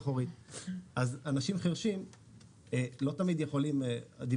אז אנשים חירשים לא תמיד יכולים לשמוע,